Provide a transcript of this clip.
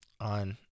on